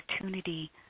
opportunity